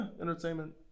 entertainment